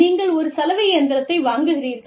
நீங்கள் ஒரு சலவை இயந்திரத்தை வாங்குகிறீர்கள்